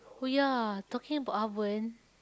oh ya talking about oven